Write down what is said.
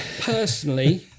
Personally